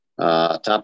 Top